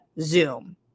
Zoom